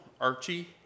Archie